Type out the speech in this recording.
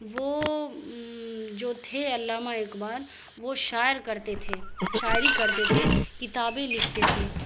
وہ جو تھے علامہ اقبال وہ شاعر کرتے تھے شاعری کرتے تھے کتابیں لکھتے تھے